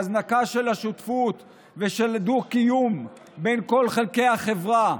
בהזנקה של השותפות ושל דו-קיום בין כל חלקי החברה.